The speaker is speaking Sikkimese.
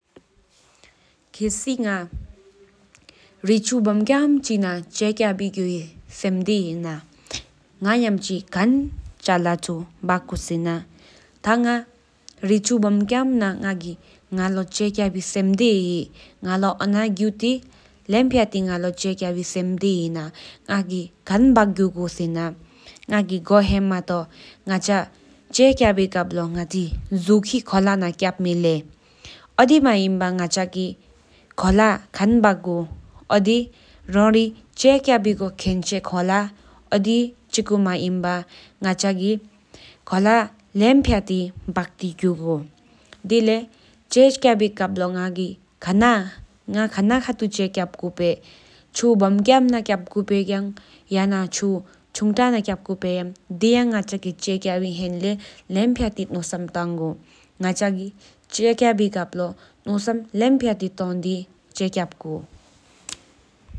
ཁས་ལས་ང་རེ་ཆུ་བོམས་དཀྱམ་ཆུག་ན་འཆི་ཡག་པོ་ལགས་སོ་མ་ཤོག་ངར་སྨོད་པོ་བཞིན་དྲག་ཚེན་དེ་ལར་མ་རེ་ན་ཁར་སྟག་ཡི་ཡོན་ཐུག་ཟག་ཙམ་བཞི་ཡོད་སོང་ངའི་ཡིན་གྱི་འགྲོག་ཚེན་རི་སྟི་འཚལ་མི་ཤིག་ང་ཡི་ག་ངོ་ཉོས་སྦྱད་བར་ཚེག་ཅན་གྲུབ་ཡོང། ང་གལ་རེའི་ང་རེ་ཧུ་ལག་སྦེ་རེ་རིན་རི་ཧེ་རེ་གཟིང་ཏའོ་འཛིན་འདི་ར། ཨ་ཡོད་མ་ཨ་རིང་བའི་ཡོང་ཆ་ཀིན་འདི་ཞལ་གཏོར་ཏང་ཨ་ཡོད་འདི་ཆུ་ཀིན་མ་རིང་བའི་ཡོང་ར་ཝོ་ཙམ་ཡག་འདི་ལྟོ་འདོ་མར་འཁྲབས་ཏར། སྡོས་རི་འདི་ཡག་མའང་ལྷད་ལ་གཏོར་མ་ཀིན་རི་བའི་ཐམས་ཅན་དགའ་རང་འདི་ཟག་འདེ་ཀྵལ་རེ་མའང་འདྲི་ཡིན་དང་ཚིག་ཐང་འདི་མི་ཤོག་གཏོང། ཀུ་ཤིག་ཉིད་ང་ཤིང་སྟོང་རི་ཡང་ཐང་འགྲམ་འགྲོ་མ་བྲག་ཡང་ཉམས་པོ་འདུ་རན་ཏའི་ཅེས།